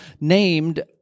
named